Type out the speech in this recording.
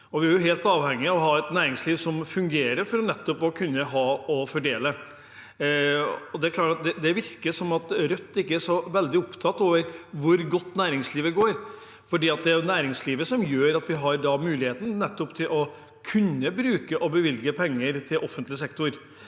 Vi er helt avhengig av å ha et næringsliv som fungerer for nettopp å kunne ha og fordele. Det virker som Rødt ikke er så veldig opptatt av hvor godt næringslivet går. Det er næringslivet som gjør at vi har muligheten til nettopp å kunne bruke og bevilge penger til offentlig sektor.